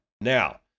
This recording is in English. Now